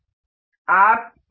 आप इसकी अवधि भी बढ़ा सकते हैं